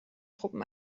truppen